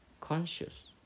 conscious